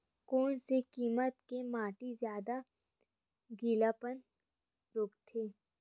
कोन से किसम के माटी ज्यादा गीलापन रोकथे?